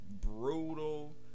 brutal